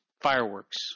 fireworks